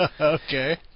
Okay